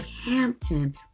Hampton